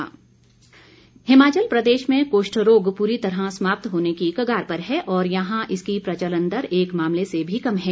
कुष्ठ रोग हिमाचल प्रदेश में कुष्ठ रोग पूरी तरह समाप्त होने की कगार पर है और यहां इसकी प्रचलन दर एक मामले से भी कम है